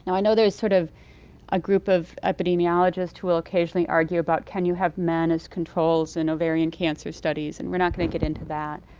i know there is sort of a group of epidemiologists who will occasionally argue about, can you have men as controls in ovarian cancer studies? and we're not going to get into that.